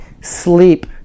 sleep